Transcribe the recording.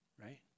right